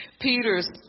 Peter's